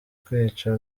kwica